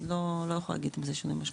לא יכולה להגיד שזה שינויים משמעותיים.